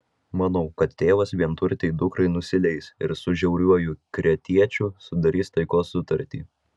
manau kad tėvas vienturtei dukrai nusileis ir su žiauriuoju kretiečiu sudarys taikos sutartį